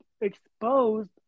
exposed